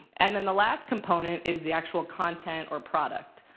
and then the last component is the actual content or product.